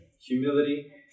humility